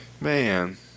Man